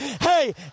hey